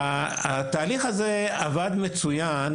התהליך הזה עבד מצוין,